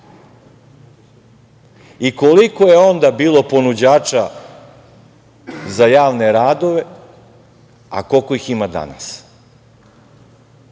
i koliko je onda bilo ponuđača za javne radove, a koliko ih ima danas?